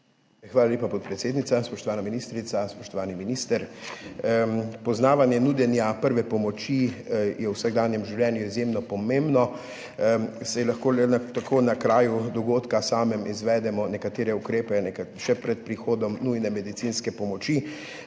Hvala lepa, podpredsednica. Spoštovana ministrica, spoštovani minister! Poznavanje nudenja prve pomoči je v vsakdanjem življenju izjemno pomembno, saj lahko le tako na kraju dogodka samem izvedemo nekatere ukrepe še pred prihodom nujne medicinske pomoči